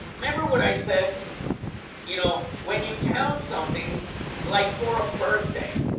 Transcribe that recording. remember what i said you know when you count something like for a birthday?